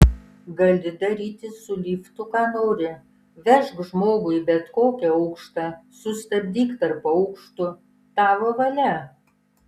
gali daryti su liftu ką nori vežk žmogų į bet kokį aukštą sustabdyk tarp aukštų tavo valia